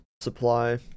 supply